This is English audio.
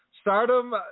Stardom